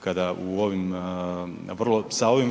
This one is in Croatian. kada sa ovim